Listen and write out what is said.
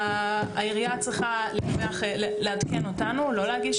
העירייה צריכה לעדכן אותנו, לא להגיש